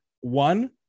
One